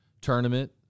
Tournament